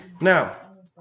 Now